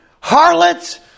harlots